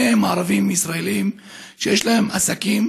שניהם ערבים ישראלים שיש להם עסקים